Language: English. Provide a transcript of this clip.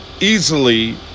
easily